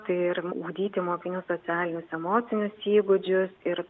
tai ir ugdyti mokinių socialinius emocinius įgūdžius ir